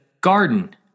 garden